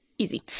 easy